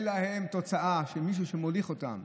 הם תוצאה של מישהו שמוליך אותם.